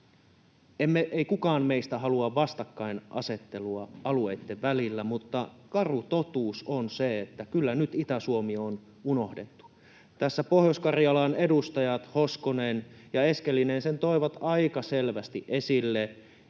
ei kukaan meistä halua vastakkainasettelua alueitten välillä, mutta karu totuus on se, että kyllä nyt Itä-Suomi on unohdettu. Tässä Pohjois-Karjalan edustajat Hoskonen ja Eskelinen sen toivat aika selvästi esille.